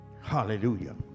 Hallelujah